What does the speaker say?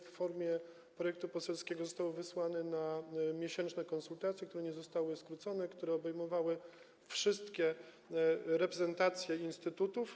W formie projektu poselskiego został on wysłany na miesięczne konsultacje, które nie zostały skrócone, a obejmowały wszystkie reprezentacje instytutów.